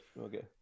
Okay